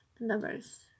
numbers